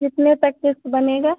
कितने तक क़िस्त बनेगा